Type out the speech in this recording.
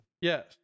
Yes